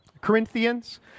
Corinthians